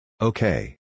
Okay